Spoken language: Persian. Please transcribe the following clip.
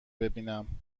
ببینم